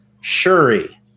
Shuri